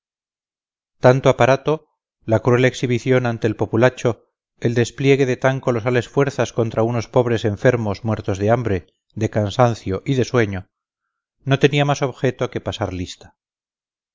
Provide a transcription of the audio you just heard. tanto aparato la cruel exhibición ante el populacho el despliegue de tan colosales fuerzas contra unos pobres enfermos muertos de hambre de cansancio y de sueño no tenía más objeto que pasar lista